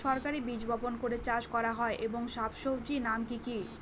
সরাসরি বীজ বপন করে চাষ করা হয় এমন শাকসবজির নাম কি কী?